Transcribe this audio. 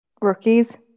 rookies